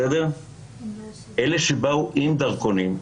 אלה שבאו עם דרכונים,